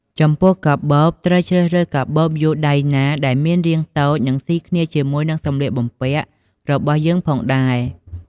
ចំពោះកាបូបត្រូវរើសកាបូបយួរដៃណាដែលមានរាងតូចនិងសុីគ្នាជាមួយនិងសម្លៀកបំពាក់របស់យើងផងដែរ។